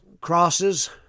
crosses